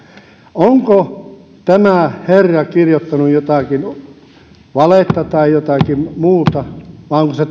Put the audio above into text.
onko tämä herra kirjoittanut jotakin valetta tai jotakin muuta vai onko se